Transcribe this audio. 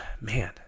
man